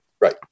Right